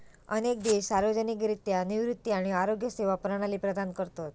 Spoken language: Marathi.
अनेक देश सार्वजनिकरित्या निवृत्ती किंवा आरोग्य सेवा प्रणाली प्रदान करतत